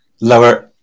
Lower